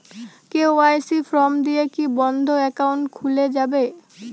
KYC form দিয়ে কি বন্ধ একাউন্ট খুলে যাবে?